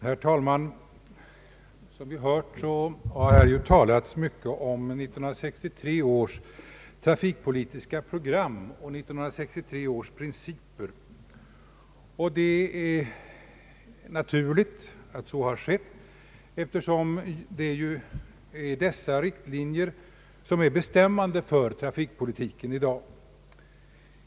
Herr talman! Som vi hört har här talats mycket om 1963 års trafikpolitiska program och 1963 års principer, och det är naturligt att så har skett, eftersom det ju är dessa riktlinjer som är bestämmande för trafikpolitiken i dag.